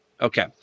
Okay